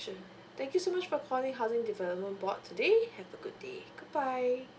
sure thank you so much for calling housing development board today have a good day goodbye